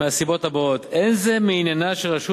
מהסיבות הבאות: אין זה מעניינה של רשות